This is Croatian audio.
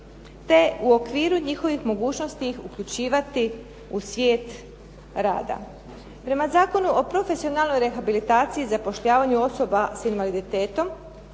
te u okviru njihovih mogućnosti ih uključivati u svijet rada. Prema Zakonu o profesionalnoj rehabilitaciji zapošljavanju osoba s invaliditetom